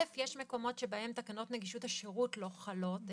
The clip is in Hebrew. יש מקומות שבהם תקנות נגישות השירות לא חלות,